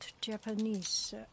Japanese